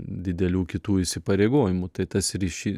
didelių kitų įsipareigojimų tai tas ryšy